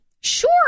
Sure